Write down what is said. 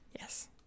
Yes